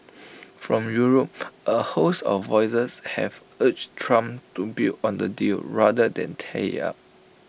from Europe A host of voices have urged Trump to build on the deal rather than tear IT up